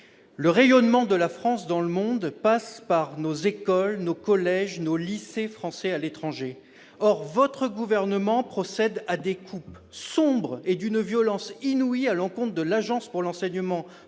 Le rayonnement de la France dans le monde passe par nos écoles, nos collèges, nos lycées français à l'étranger. Or votre gouvernement procède à des coupes claires et d'une violence inouïe à l'encontre de l'Agence pour l'enseignement